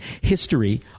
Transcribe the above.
history